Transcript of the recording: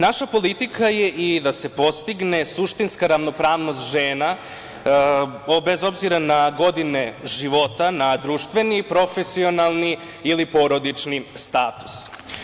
Naša politika je i da se postigne suštinska ravnopravnost žena, bez obzira na godine života, na društveni, profesionalni ili porodični status.